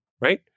right